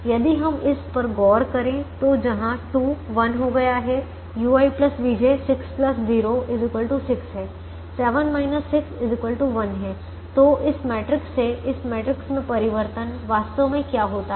यदि हम इस पर गौर करें तो जहां 2 1 हो गया है ui vj 6 0 6 है 7 6 1 है तो इस मैट्रिक्स से इस मैट्रिक्स में परिवर्तन वास्तव में क्या होता है